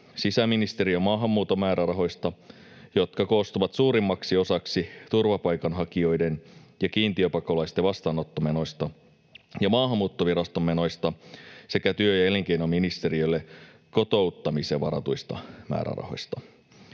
sisäministeriön maahanmuuton määrärahoista, jotka koostuvat suurimmaksi osaksi turvapaikanhakijoiden ja kiintiöpakolaisten vastaanottomenoista ja Maahanmuuttoviraston menoista, sekä työ‑ ja elinkeinoministeriölle kotouttamiseen varatuista määrärahoista.